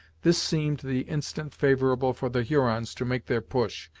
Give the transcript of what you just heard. this seemed the instant favorable for the hurons to make their push,